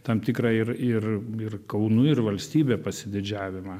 tam tikrą ir ir ir kaunu ir valstybe pasididžiavimą